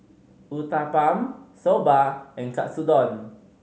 Uthapam Soba and Katsudon